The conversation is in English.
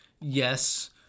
Yes